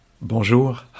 Bonjour